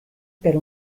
per